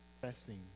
Pressing